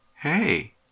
Hey